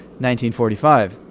1945